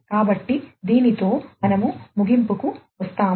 కాబట్టి దీనితో మనము ముగింపుకు వస్తాము